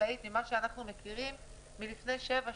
החקלאית ממה שאנחנו מכירים מלפני שבע,